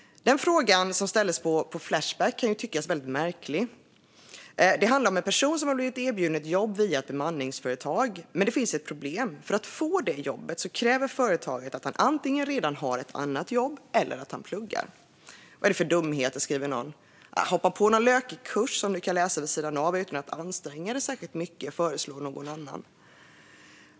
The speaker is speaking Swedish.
Frågan, som ställdes på Flashback, kan tyckas väldigt märklig. Det handlar om en person som har blivit erbjuden ett jobb via ett bemanningsföretag. Men det finns ett problem: För att få jobbet kräver företaget att han antingen redan har ett annat jobb eller att han pluggar. Någon skriver: Vad är det för dumheter? Hoppa på någon lökig kurs som du kan läsa vid sidan av utan att behöva anstränga dig särskilt mycket, föreslår någon annan.